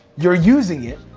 you're using it,